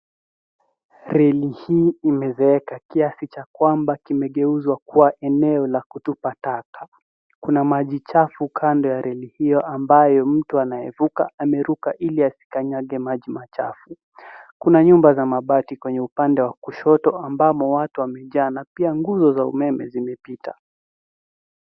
Reli hii imezeeka kiasi cha kwamba kimegeuzwa kuwa eneo la kutupa taka. Kuna maji chafu kando ya reli hiyo ambayo mtu anayevuka ameruka ili asikanyage maji machafu. Kuna nyumba za mabati kwenye upande wa kushoto ambamo watu wamejaa na pia nguzo za umeme zimepita.